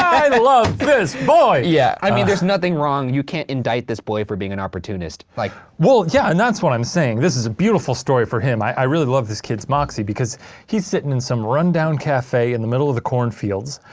i love this boy! yeah i mean, there's nothing wrong, you can't indict this boy for being an opportunist. like well, yeah, and that's what i'm saying. this is a beautiful story for him, i i really love this kid's moxy, because he's sittin' in some rundown cafe in the middle of the cornfields,